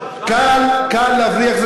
קל להפריח,